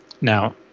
Now